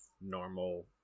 normal